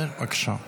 ירון לוי,